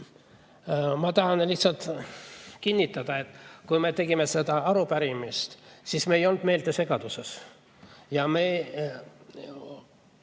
Ma tahan lihtsalt kinnitada, et kui me tegime seda arupärimist, siis me ei olnud meeltesegaduses. Te ütlesite,